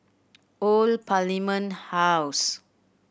Old Parliament House